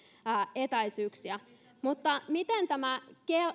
etäisyyksiä mutta miten tämä